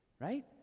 right